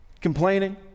Complaining